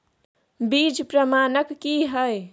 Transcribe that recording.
बीज प्रमाणन की हैय?